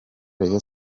rayon